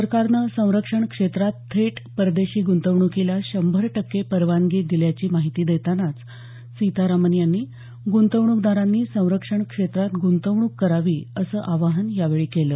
सरकारनं संरक्षण क्षेत्रात थेट परदेशी ग्रंतवण्कीला शंभर टक्के परवानगी दिल्याची माहिती देताना सीतारामन यांनी ग्रंतवणूकदारांनी संरक्षण क्षेत्रात ग्ंतवणूक करावी असं आवाहन यावेळी केलं